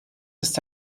ist